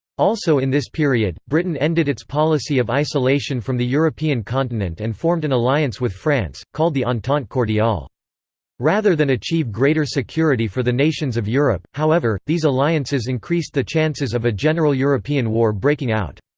also in this period, britain ended its policy of isolation from the european continent and formed an alliance with france, called the entente cordiale. rather than achieve greater security for the nations of europe, however, these alliances increased the chances of a general european war breaking out.